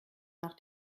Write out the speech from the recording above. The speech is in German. nach